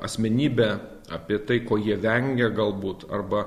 asmenybę apie tai ko jie vengia galbūt arba